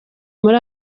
muri